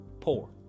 Poor